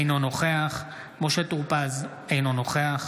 אינו נוכח משה טור פז, אינו נוכח